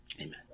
Amen